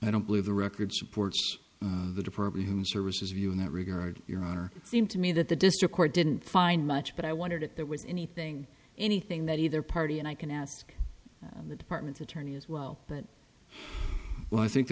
i don't believe the record supports the department's services view in that regard your honor seemed to me that the district court didn't find much but i wondered if it was anything anything that either party and i can ask the department attorney as well but well i think